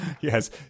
Yes